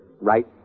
Right